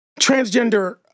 transgender